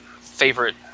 favorite